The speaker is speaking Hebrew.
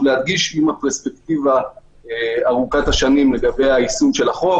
להדגיש עם הפרספקטיבה ארוכת השנים לגבי יישום החוק,